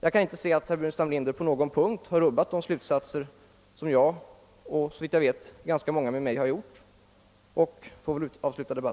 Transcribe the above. Jag kan inte se att herr Burenstam Linder på någon punkt har rubbat de slutsatser som jag och, såvitt jag vet, många med mig har dragit.